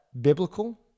biblical